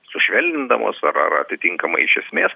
sušvelnindamos ar ar atitinkamai iš esmės